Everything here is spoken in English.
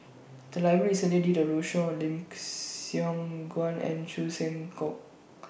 The Library recently did A roadshow on Lim Siong Guan and Chan Sek Keong